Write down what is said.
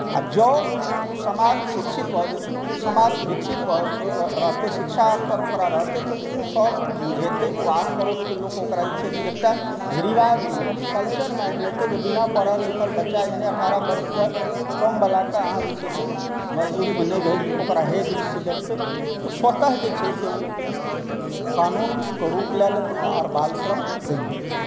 आब जँ ओ समाज शिक्षित भए जेतै ओ समाज विकसित रहतै शिक्षा स्तर रहतै तऽ ओ सभके बुझेतै आ ओ आसपड़ोसके लोक ओकरा जे चाही से एकटा रिवाजमे कल्चरि मानि लेते जे बिना पढ़ल लिखल बच्चा यानि अठारह वर्षसँ कम वलाकेअहाँ जे छै से मजदुरीमे नइ भेजु ओकरा हे दृष्टिसँ देखते तऽस्वतः जे छै से ओ कानूनके रुप लए लेते आ बालश्रम बनि जेतै